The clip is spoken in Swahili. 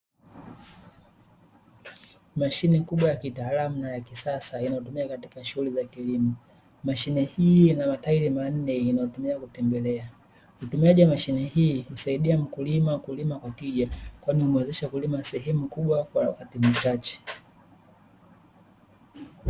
Mashine kubwa ya kitaalamu na ya kisasa inayotumika katika shughuli za kilimo. Mashine hii ina matairi manne inayotumia kutembelea, utumiaji wa mashine hii humsaidia mkulima kulima kwa tija, kwani humuwezesha kulima sehemu kubwa kwa wakati mchache.